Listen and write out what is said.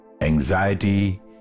anxiety